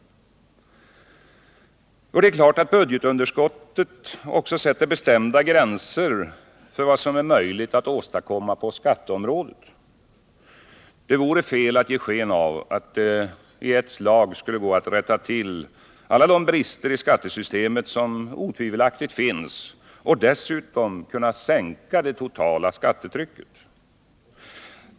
Det är klart att budgetunderskottet också sätter bestämda gränser för vad som är möjligt att åstadkomma på skatteområdet. Det vore fel att ge sken av att det i ett slag skulle gå att rätta till alla de brister i skattesystemet som otvivelaktigt finns och dessutom kunna sänka det totala skattetrycket.